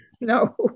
No